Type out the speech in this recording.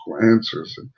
answers